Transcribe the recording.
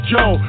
Joe